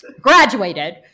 graduated